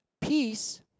peace